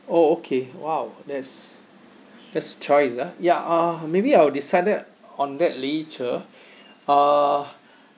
oh okay !wow! that's that's thrice ah ya uh maybe I will decide that on that later uh